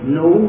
no